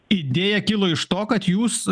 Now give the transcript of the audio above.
idėja kilo iš to kad jūs